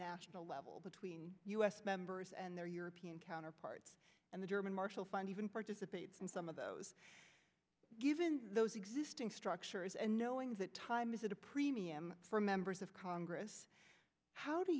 national level between u s members and their european counterparts and the german marshall fund even participates in some of those given those existing structures and knowing that time is a premium for members of congress how